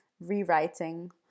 rewriting